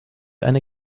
eine